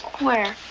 where?